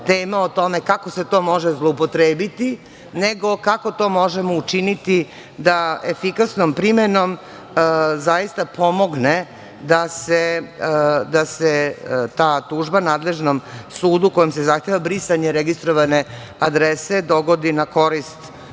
tema o tome kako se to može zloupotrebiti, nego kako to možemo učiniti da efikasnom primenom zaista pomogne da se ta tužba nadležnom sudu kojom se zahteva brisanje registrovane adrese dogodi na korist